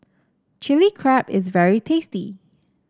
Chili Crab is very tasty